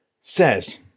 says